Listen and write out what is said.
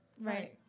right